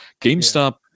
GameStop